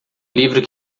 livro